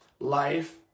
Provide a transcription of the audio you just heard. life